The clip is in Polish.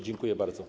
Dziękuję bardzo.